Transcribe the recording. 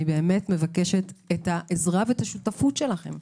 אני מבקשת את העזרה ואת השותפות שלכם.